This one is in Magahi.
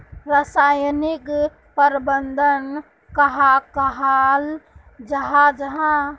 रासायनिक प्रबंधन कहाक कहाल जाहा जाहा?